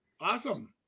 Awesome